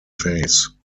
face